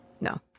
no